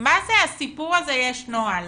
מה זה הסיפור הזה 'יש נוהל'.